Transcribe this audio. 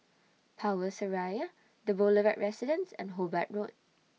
Power Seraya The Boulevard Residence and Hobart Road